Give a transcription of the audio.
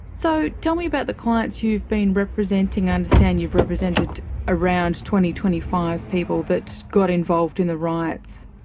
so, tell me about the clients you've been representing. i understand you've represented around twenty, twenty five people that got involved in the riots.